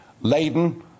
laden